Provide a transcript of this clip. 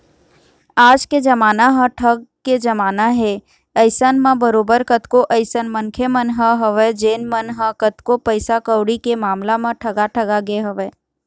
आज के जमाना ह ठग के जमाना हे अइसन म बरोबर कतको अइसन मनखे मन ह हवय जेन मन ह कतको पइसा कउड़ी के मामला म ठगा ठगा गे हवँय